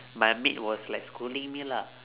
my maid was like scolding me lah